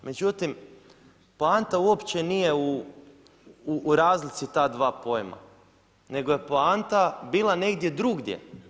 Međutim, poanta uopće nije u razlici ta dva pojma, nego je poanta bila negdje drugdje.